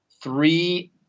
three